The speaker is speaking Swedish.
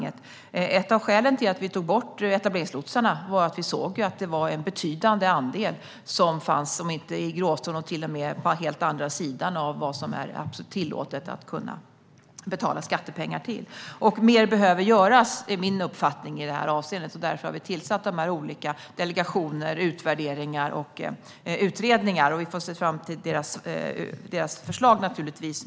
Ett av skälen till att vi tog bort etableringslotsarna var att vi såg att det var en betydande andel av dem som befann sig i gråzonen och till och med på helt andra sidan av det som är tillåtet att betala skattepengar för. Min uppfattning i det här avseendet är att mer behöver göras. Därför har vi tillsatt olika delegationer, utvärderingar och utredningar, och vi ser fram emot deras förslag.